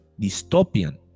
dystopian